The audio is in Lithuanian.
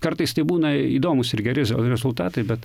kartais tai būna įdomūs ir geri rezultatai bet